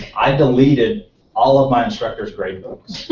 i deleted all of my instructor's grade books.